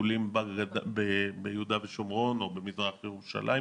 לטיפולים ביהודה ושומרון או במזרח ירושלים.